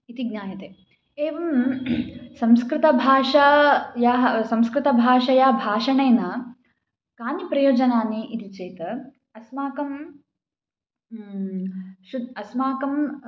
इति ज्ञायते एवं संस्कृतभाषायाः संस्कृतभाषया भाषणेन कानि प्रयोजनानि इति चेत् अस्माकं शुद्धम् अस्माकं